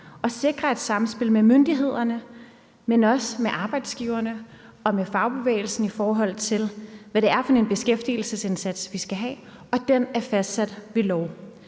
er det nu engang med demokrati – men også med arbejdsgiverne og med fagbevægelsen, i forhold til hvad det er for en beskæftigelsesindsats, man skal have; og den er fastsat ved lov.